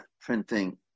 printing